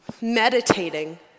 Meditating